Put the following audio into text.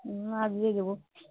हँ लऽ जेबौ